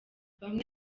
bamwe